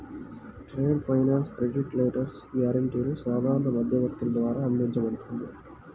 trade finance credit letters, గ్యారెంటీలు సాధారణ మధ్యవర్తుల ద్వారా అందించబడుతుంది